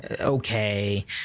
okay